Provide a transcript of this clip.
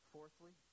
Fourthly